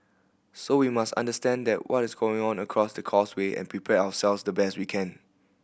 so we must understand that what is going on across the causeway and prepare ourselves the best we can